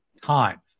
time